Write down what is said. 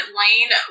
lane